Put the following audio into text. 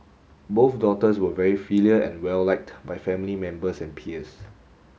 both daughters were very filial and well liked by family members and peers